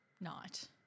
Night